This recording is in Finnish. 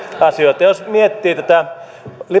asioita jos miettii tätä